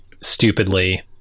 stupidly